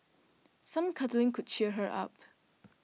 some cuddling could cheer her up